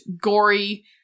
gory